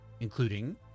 including